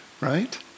right